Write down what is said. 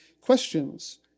questions